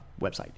website